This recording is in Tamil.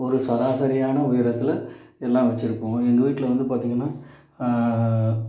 ஒரு சராசரியான உயரத்தில் எல்லாம் வச்சிருப்போம் எங்கள் வீட்டில வந்து பார்த்தீங்கன்னா